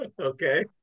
Okay